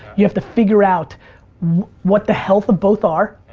you have to figure out what the health of both are,